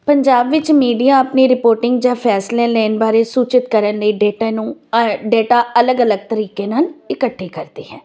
ਪੰਜਾਬ ਵਿੱਚ ਮੀਡੀਆ ਆਪਣੀ ਰਿਪੋਰਟਿੰਗ ਜਾਂ ਫੈਸਲੇ ਲੈਣ ਬਾਰੇ ਸੂਚਿਤ ਕਰਨ ਲਈ ਡੇਟੇ ਨੂੰ ਡੇਟਾ ਅਲੱਗ ਅਲੱਗ ਤਰੀਕੇ ਨਾਲ ਇਕੱਠੇ ਕਰਦੀ ਹੈ